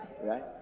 right